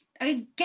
again